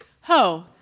Ho